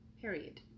Period